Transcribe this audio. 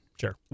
sure